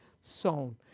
sown